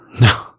no